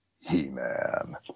He-Man